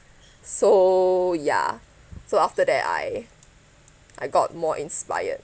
so ya so after that I I got more inspired